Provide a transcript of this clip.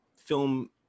film